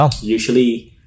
usually